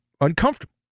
uncomfortable